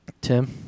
Tim